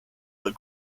but